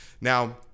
Now